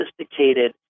sophisticated